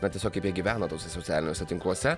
na tiesiog kaip jie gyvena tuose socialiniuose tinkluose